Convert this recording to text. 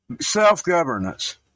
Self-governance